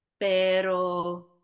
pero